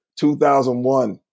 2001